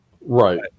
Right